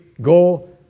go